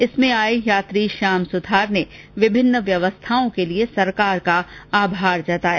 इसमें आए यात्री श्याम सुथार ने विभिन्न व्यवस्थाओं के लिए सरकार का आभार जताया